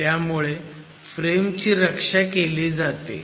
त्यामुळे फ्रेम ची रक्षा केली जाते